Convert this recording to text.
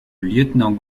lieutenant